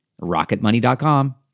Rocketmoney.com